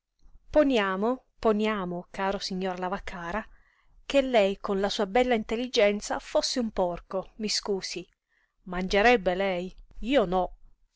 poniamo poniamo caro signor lavaccara che lei con la sua bella intelligenza fosse un porco mi scusi mangerebbe lei io no